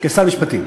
כשר המשפטים.